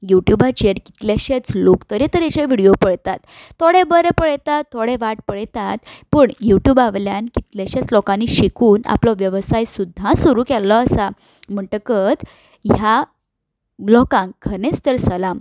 युट्यूबाचेर लोक कितलेशेच तरेक तरेकचे व्हिडीयो पळयतात थोडे बरें पळयतात थोडे वायट पळयतात पूण युट्यूबावयल्यान कितल्याश्याच लोकांनी शिकून आपलो वेवसाय सुद्दां सुरू केल्लो आसा म्हणटकत ह्या लोकांक खरेंच तर सलाम